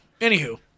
Anywho